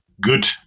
good